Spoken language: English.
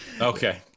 Okay